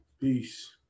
Peace